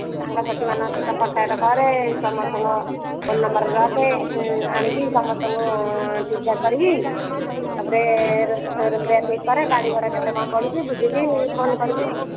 ସବୁ ସାଙ୍ଗ ସାଥି ମାନଙ୍କ ସହ କଣ୍ଟାକ୍ଟ କରେ ସମସ୍ତଙ୍କ ଫୋନ ନମ୍ବର ରଖେ ଆଣିକି ସମସ୍ତଙ୍କୁ ଠିକ୍ ଠାକ୍ କରିକି ତାପରେ ରୋଷେଇୟା ଠିକ୍ କରେ ଗାଡ଼ି ଭଡ଼ା କେତେ କ'ଣ ପଡ଼ୁଛି ବୁଝିକି ଫୋନ କରିବୁ ଆଉ